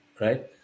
right